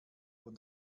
von